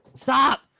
STOP